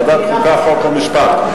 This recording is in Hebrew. ועדת חוקה, חוק ומשפט?